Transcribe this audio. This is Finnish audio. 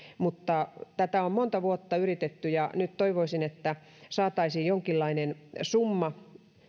tätä on monta vuotta yritetty ja nyt toivoisin että saataisiin jonkinlainen summa